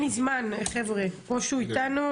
אם לא אין לי זמן, חבר'ה, אנחנו ממשיכים.